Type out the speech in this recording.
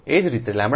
એ જ રીતેʎc પણ તમે 0